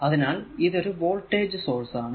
അതിനാൽ ഇതൊരു voltage source ആണ്